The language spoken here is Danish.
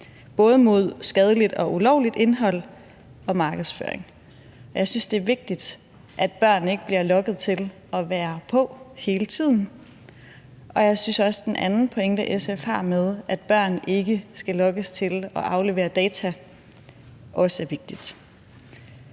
både mod skadeligt og ulovligt indhold og mod markedsføring. Jeg synes, det er vigtigt, at børn ikke bliver lokket til at være på hele tiden. Jeg synes også, at den anden pointe, SF har, nemlig at børn ikke skal lokkes til at aflevere data, er vigtig.